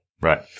Right